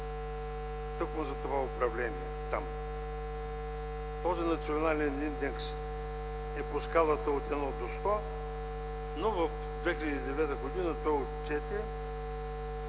тъкмо за това управление там. Този национален индекс е по скалата от 1 до 100, но в 2009 г. той отчете